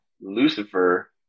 Lucifer